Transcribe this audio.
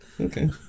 Okay